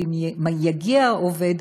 ואם יגיע העובד,